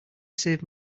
save